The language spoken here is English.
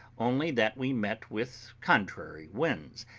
only that we met with contrary winds,